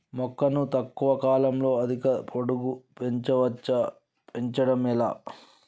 మొక్కను తక్కువ కాలంలో అధిక పొడుగు పెంచవచ్చా పెంచడం ఎలా?